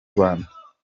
rwanda